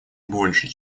больше